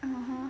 (uh huh)